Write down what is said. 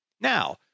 Now